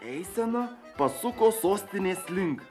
eisena pasuko sostinės link